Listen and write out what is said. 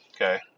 okay